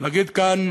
להגיד כאן: